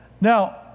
Now